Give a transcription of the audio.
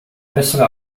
bessere